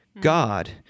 God